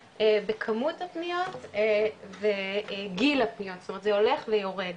בכמות הפניות וגיל הפניות זאת אומרת זה הולך ויורד.